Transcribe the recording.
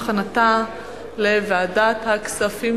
2011, לוועדת הכספים